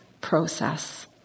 process